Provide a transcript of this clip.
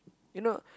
you know